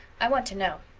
i want to know.